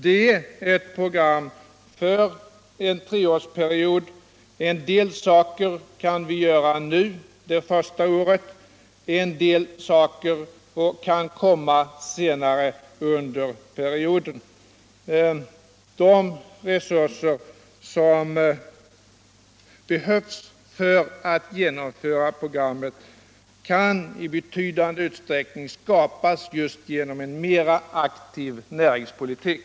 Det är ett program för en treårsperiod. Vissa saker kun vi göra under det första året. Vissa saker kan komma senare under perioden. De resurser som behövs för att genomföra programmet kan i betydande utsträckning skapas just genom en mer aktiv näringspolitik.